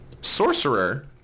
Sorcerer